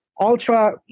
ultra